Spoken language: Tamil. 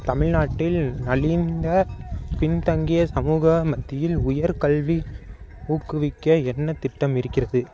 தமிழ்நாட்டில் நலிந்த பின்தங்கிய சமூக மத்தியில் உயர்கல்வி ஊக்குவிக்க என்ன திட்டம் இருக்கிறது